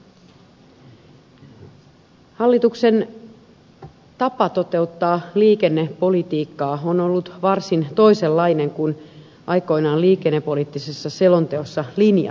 hallituksen tapa toteuttaa liikennepolitiikkaa on ollut varsin toisenlainen kuin aikoinaan liikennepoliittisessa selonteossa linjattiin